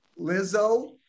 Lizzo